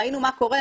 ראינו מה קורה,